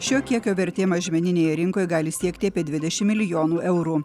šio kiekio vertė mažmeninėje rinkoj gali siekti apie dvidešim milijonų eurų